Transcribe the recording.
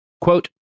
quote